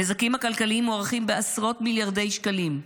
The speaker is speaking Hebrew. הנזקים הכלכליים מוערכים בעשרות מיליארדי שקלים,